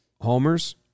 homers